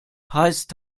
heißt